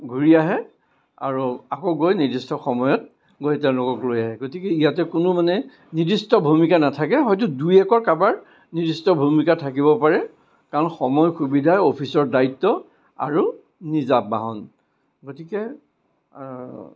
ঘূৰি আহে আৰু আকৌ গৈ নিৰ্দিষ্ট সময়ত গৈ তেওঁলোকক লৈ আহে গতিকে ইয়াতে কোনো মানে নিৰ্দিষ্ট ভূমিকা নাথাকে হয়তো দুই একৰ কাৰোবাৰ নিৰ্দিষ্ট ভূমিকা থাকিব পাৰে কাৰণ সময় সুবিধাৰ অফিচৰ দায়িত্ব আৰু নিজা বাহন গতিকে